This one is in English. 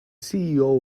ceo